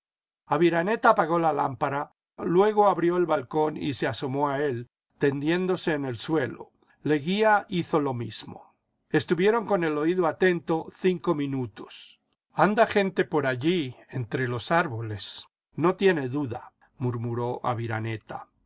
aviraneta apagó la lámpara luego abrió el balcón y se asomó a él tendiéndose en el suelo leguía hizo lo mismo estuvieron con el oído atento cinco minutos anda gente por allí entre los árboles no tiene duda murmuró aviraneta